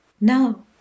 Now